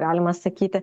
galima sakyti